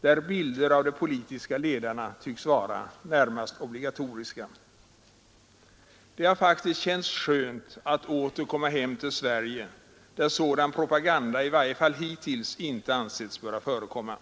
där bilder av de politiska ledarna tycks vara närmast obligatoriska. Det har faktiskt känts skönt att återkomma hem till Sverige där sådan propaganda i varje fall hittills inte ansetts böra förekomma.